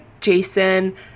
Jason